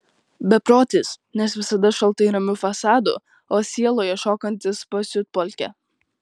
beprotis nes visada šaltai ramiu fasadu o sieloje šokantis pasiutpolkę